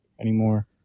anymore